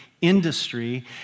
industry